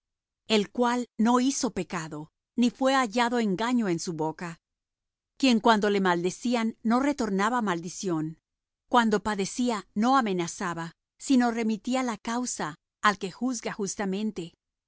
el cual no hizo pecado ni fué hallado engaño en su boca quien cuando le maldecían no retornaba maldición cuando padecía no amenazaba sino remitía la causa al que juzga justamente